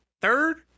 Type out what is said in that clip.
third